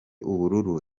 ubururu